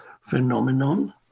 phenomenon